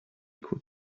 could